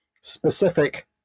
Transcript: specific